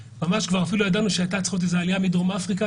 אפילו ידענו שהייתה צריכה להיות עלייה מדרום אפריקה,